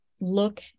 look